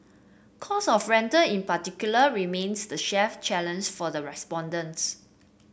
cost of rental in particular remains the chef challenge for the respondents